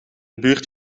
buurt